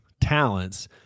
talents